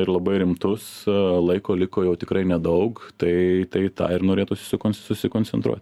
ir labai rimtus laiko liko jau tikrai nedaug tai tai į tą ir norėtųsi susi susikoncentruot